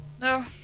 No